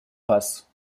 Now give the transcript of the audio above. passe